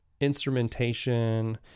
instrumentation